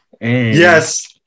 Yes